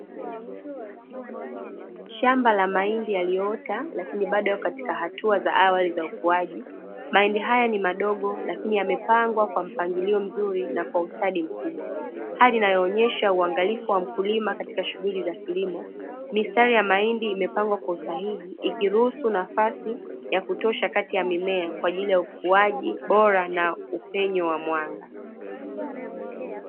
Shamba la mahindi yaliyoota, lakini bado yako katika hatua za awali za ukuaji, mahindi haya ni madogo, lakini yamepangwa kwa mpangilio mzuri na ustadi mkubwa, hali inayoonyesha uangalifu wa mkulima katika shughuli za kilimo, mistari ya mahindi imepangwa kwa usahihi ikiruhusu nafasi ya kutosha kati ya mimea kwa ajili ya ukuaji bora na upenyo wa mwanga.